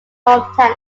hometown